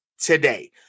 today